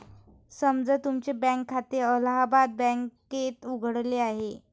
समजा तुमचे बँक खाते अलाहाबाद बँकेत उघडले आहे